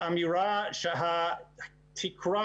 האמירה שהתקרה,